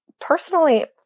personally